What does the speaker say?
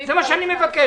זה מה שאני מבקש,